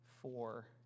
four